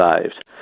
saved